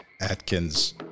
Atkins